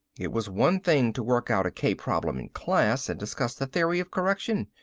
it was one thing to work out a k-problem in class, and discuss the theory of correction.